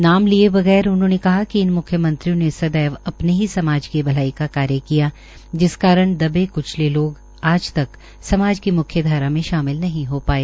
नाम लिए बगैर उन्होंने कहा कि इन मुख्यमंत्रियों ने सदैव अपने ही समाज की भलाई का कार्य किया जिस कारण दुबे क्चले लोग आज तक समाज की म्ख्यधारा में शामिल नहीं हो पाए